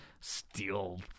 steel